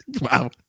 Wow